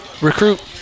recruit